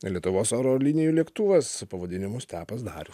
lietuvos oro linijų lėktuvas pavadinimu stepas darius